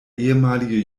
ehemalige